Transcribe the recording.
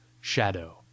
shadow